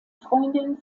freundin